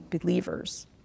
believers